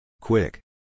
Quick